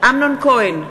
אמנון כהן,